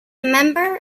member